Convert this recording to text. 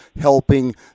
helping